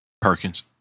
Perkins